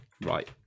Right